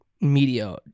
media